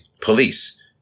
police